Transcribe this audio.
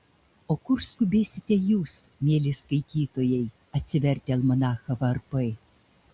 o kur skubėsite jūs mieli skaitytojai atsivertę almanachą varpai